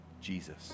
Jesus